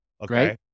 Okay